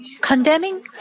Condemning